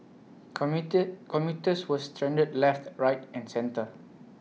commit commuters were stranded left right and centre